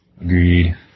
Agreed